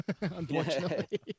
Unfortunately